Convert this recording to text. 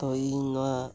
ᱛᱚ ᱤᱧ ᱱᱚᱣᱟ